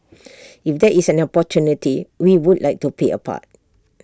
if there is an opportunity we would like to play A part